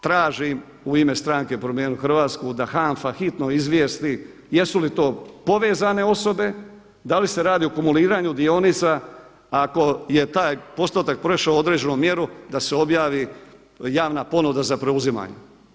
Tražim u ime stranke Promijenimo Hrvatsku da HANFA hitno izvijesti jesu li to povezane osobe, da li se radi o kumuliranju dionica, ako je taj postotak prešao određenu mjeru da se objavi javna ponuda za preuzimanje.